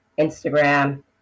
Instagram